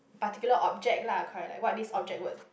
particular object lah correct like what this object would